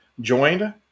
joined